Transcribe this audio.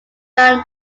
down